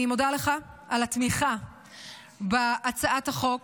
אני מודה לך על התמיכה בהצעת החוק